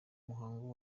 muhango